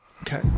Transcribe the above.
Okay